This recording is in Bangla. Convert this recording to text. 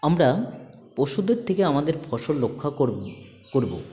আমরা পশুদের থেকে আমাদের ফসল রক্ষা করবো করবো